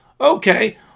Okay